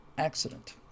accident